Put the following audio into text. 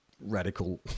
radical